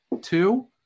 two